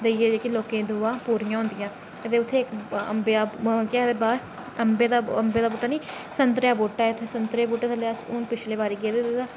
जाइयै लोकें दी जेह्की दुआ पूरियां होंदी ऐ उत्थै बाहर अम्बे दा अम्बे दा निं संतरे दा बूह्टा ऐ ते उत्थै संतरे दे बूह्टे कश पिछले बारी गेदे हे तां